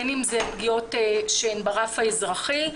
בין אם אלה פגיעות שהן ברף האזרחי,